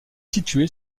situé